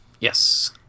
Yes